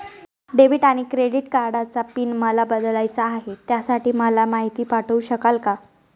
Debit आणि credit कार्डचा PIN मला बदलायचा आहे, त्यासाठी मला माहिती पाठवू शकाल का?